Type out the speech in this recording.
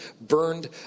burned